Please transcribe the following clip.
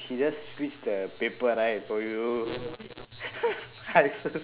she just squeezed the paper right for you